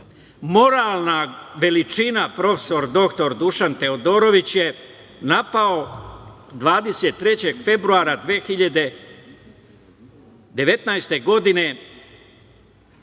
veličina, prof. dr Dušan Teodorović je napao 23. februara 2019. godine